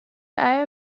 eier